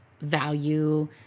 value